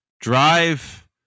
drive